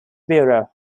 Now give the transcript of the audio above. bureau